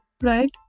right